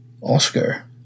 Oscar